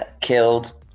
killed